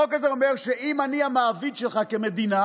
החוק הזה אומר שאם אני המעביד שלך כמדינה